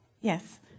Yes